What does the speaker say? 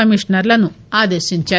కమిషనర్లను ఆదేశించారు